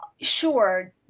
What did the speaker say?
sure